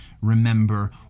Remember